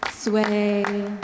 Sway